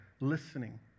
listening